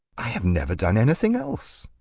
i have never done anything else.